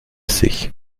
sich